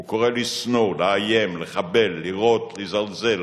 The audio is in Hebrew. הוא קורא לשנוא, לאיים, לחבל, לירות, לזלזל